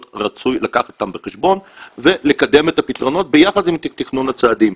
רצוי לקחת אותן בחשבון ולקדם את הפתרונות ביחד עם תכנון הצעדים.